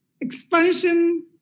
expansion